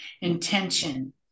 intention